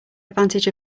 advantage